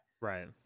Right